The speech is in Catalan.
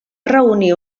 reunir